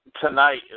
tonight